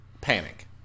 panic